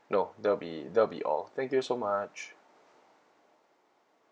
no that'll be that'll be all thank you so much